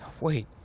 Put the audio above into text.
Wait